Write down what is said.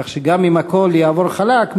כך שגם אם הכול יעבור חלק,